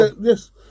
Yes